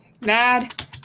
Mad